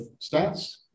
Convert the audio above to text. stats